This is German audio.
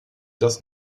das